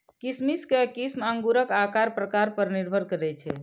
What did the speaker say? किशमिश के किस्म अंगूरक आकार प्रकार पर निर्भर करै छै